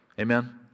Amen